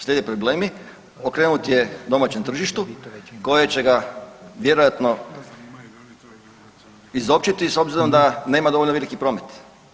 Slijede problemi, okrenut je domaćem tržištu koje će ga vjerojatno izopćiti s obzirom da nema dovoljno veliki promet.